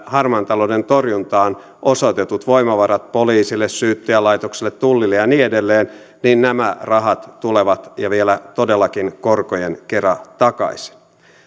harmaan talouden torjuntaan osoitetut voimavarat poliisille syyttäjälaitokselle tullille ja niin edelleen käytetään oikein nämä rahat tulevat takaisin ja vielä todellakin korkojen kera